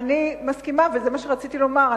אני מסכימה, וזה מה שרציתי לומר.